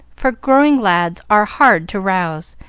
for growing lads are hard to rouse,